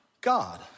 God